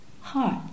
heart